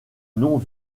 noms